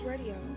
Radio